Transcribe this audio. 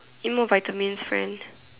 eat more vitamins friend